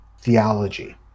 theology